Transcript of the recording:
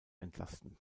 entlasten